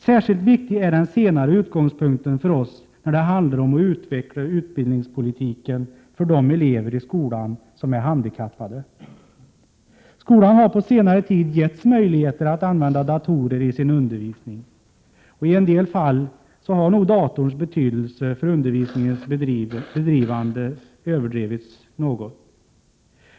Särskild viktig är den senare utgångspunkten för oss då det handlar om att utveckla utbildningspolitiken för de elever i skolan som är handikappade. Skolan har på senare tid getts möjligheter att använda datorer i undervisningen, och i en del fall har nog datorns betydelse för undervisningens bedrivande överdrivits något.